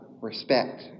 respect